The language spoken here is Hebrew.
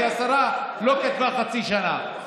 כי השרה לא כתבה "חצי שנה".